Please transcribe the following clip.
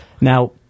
Now